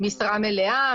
משרה מלאה,